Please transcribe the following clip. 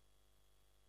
סדר-היום.